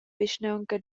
vischnaunca